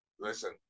Listen